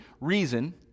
reason